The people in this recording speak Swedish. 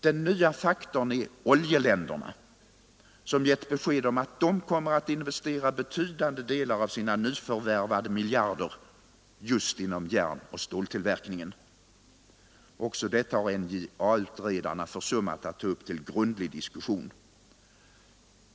Den nya faktorn är oljeländerna, som givit besked om att de kommer att investera betydande delar av sina nyförvärvade miljarder inom järnoch ståltillverkningen. Också detta har NJA-utredarna försummat att ta upp till grundlig diskussion.